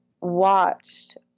watched